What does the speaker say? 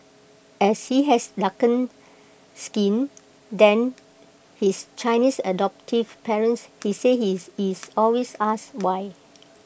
as he has darker skin than his Chinese adoptive parents he said he is is always asked why